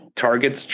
targets